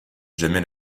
jamais